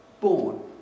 born